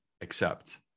accept